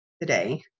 today